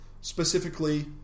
specifically